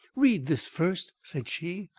read this first, said she.